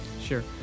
Sure